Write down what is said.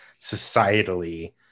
societally